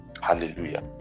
Hallelujah